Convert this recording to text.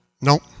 Nope